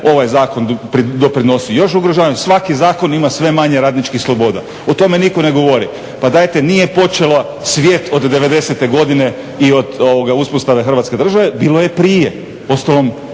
ovaj zakon doprinosi još ugrožavanju, svaki zakon ima sve manje radničkih sloboda. O tome nitko ne govori. Pa dajte, nije počeo svijet od '90. godine i od uspostave Hrvatske države, bilo je prije,